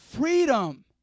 freedom